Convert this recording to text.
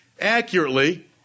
accurately